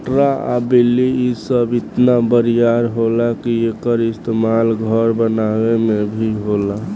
पटरा आ बल्ली इ सब इतना बरियार होला कि एकर इस्तमाल घर बनावे मे भी होला